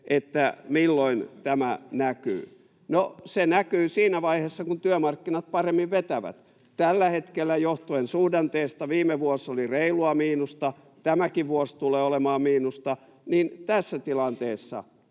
että milloin tämä näkyy. No, se näkyy siinä vaiheessa, kun työmarkkinat paremmin vetävät. Tällä hetkellä johtuen suhdanteesta — viime vuosi oli reilua miinusta, tämäkin vuosi tulee olemaan miinusta — tässä tilanteessa,